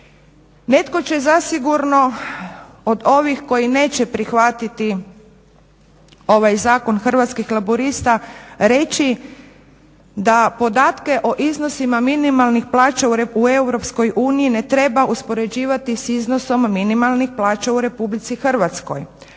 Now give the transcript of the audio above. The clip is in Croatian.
Netko će zasigurno od ovih koji neće prihvatiti ovaj zakon Hrvatskih laburista reći da podatke o iznosima minimalnih plaća u EU ne treba uspoređivati s iznosim minimalnih plaća u RH, ali možemo